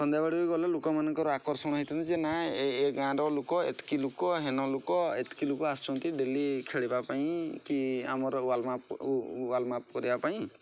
ସନ୍ଧ୍ୟାବେଳେ ବି ଗଲେ ଲୋକମାନଙ୍କର ଆକର୍ଷଣ ହୋଇଥାନ୍ତି ଯେ ନା ଏ ଗାଁର ଲୋକ ଏତିକି ଲୋକ ହେନ ଲୋକ ଏତିକି ଲୋକ ଆସୁଛନ୍ତି ଡେଲି ଖେଳିବା ପାଇଁ କି ଆମର ୱାଲ୍ ମ୍ୟାପ୍ ୱାଲ୍ ମ୍ୟାପ୍ କରିବା ପାଇଁ